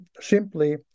simply